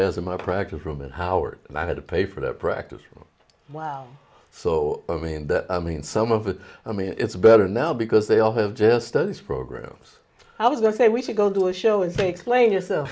as in my practice room and howard and i had to pay for that practice wow so i mean that i mean some of it i mean it's better now because they all have just studies programs i was going to say we should go do a show is explain yourself